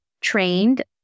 trained